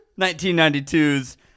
1992's